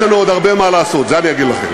אז יש לנו עוד הרבה מה לעשות, זה אני אגיד לכם.